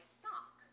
sock